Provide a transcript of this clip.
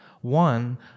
One